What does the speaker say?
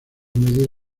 medir